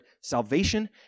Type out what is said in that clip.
salvation